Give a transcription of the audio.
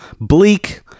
bleak